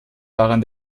waren